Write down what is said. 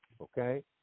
Okay